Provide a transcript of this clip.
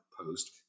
post